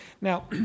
Now